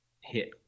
hit